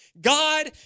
God